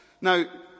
Now